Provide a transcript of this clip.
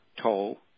toll